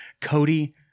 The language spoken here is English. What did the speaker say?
Cody